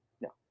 No